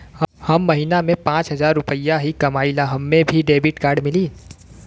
हम महीना में पाँच हजार रुपया ही कमाई ला हमे भी डेबिट कार्ड मिली?